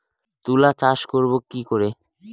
তুলা চাষ করব কি করে?